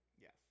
Yes